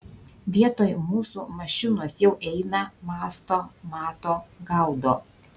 vietoj mūsų mašinos jau eina mąsto mato gaudo